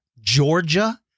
Georgia